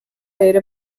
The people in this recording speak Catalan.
era